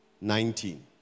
nineteen